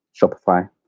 Shopify